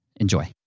enjoy